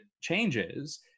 changes